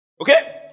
okay